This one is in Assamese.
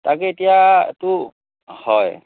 তাকে এতিয়াতো হয়